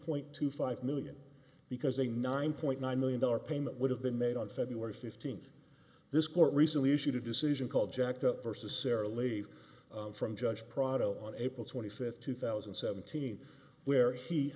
point two five million because a nine point nine million dollars payment would have been made on feb fifteenth this court recently issued a decision called jacked up versus sara leave from judge prado on april twenty fifth two thousand and seventeen where he